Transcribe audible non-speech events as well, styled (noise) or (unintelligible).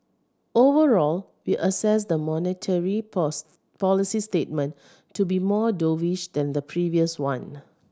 overall we assess the monetary (unintelligible) policy statement to be more dovish than the previous one